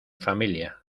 familia